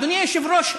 אדוני היושב-ראש,